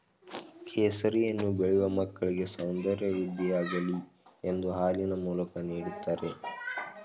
ಕೇಸರಿಯನ್ನು ಬೆಳೆಯೂ ಮಕ್ಕಳಿಗೆ ಸೌಂದರ್ಯ ವೃದ್ಧಿಯಾಗಲಿ ಎಂದು ಹಾಲಿನ ಮೂಲಕ ನೀಡ್ದತರೆ